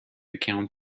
account